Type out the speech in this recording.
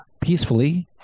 peacefully